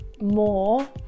more